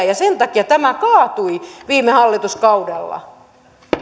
ja sen takia tämä kaatui viime hallituskaudella